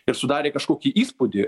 ir sudarė kažkokį įspūdį